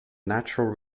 natural